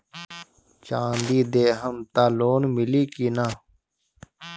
चाँदी देहम त लोन मिली की ना?